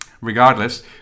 Regardless